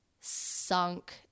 sunk